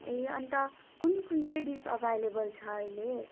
ए अन्त कुन कुन चाहिँ डिस एभाइलेभल छ अहिले